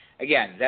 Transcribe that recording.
Again